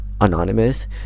anonymous